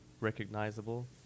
recognizable